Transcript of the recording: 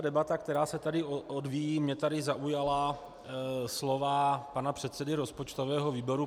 Debata, která se tady odvíjí mě tady zaujala slova pana předsedy rozpočtového výboru.